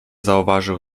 zauważył